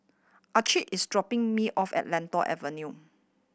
Ancil is dropping me off at Lentor Avenue